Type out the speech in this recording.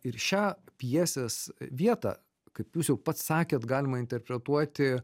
ir šią pjesės vietą kaip jūs jau pats sakėt galima interpretuoti